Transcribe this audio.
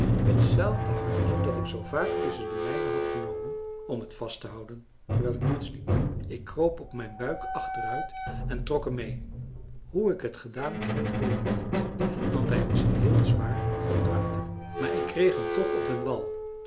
hetzelfde handje dat ik zoo vaak tusschen de mijne had genomen om het vast te houden terwijl ik insliep ik kroop op mijn buik achteruit en trok hem mee hoe ik het gedaan kreeg weet ik niet want hij was heel zwaar van het water maar ik kreeg hem toch op den wal